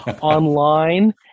online